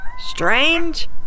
strange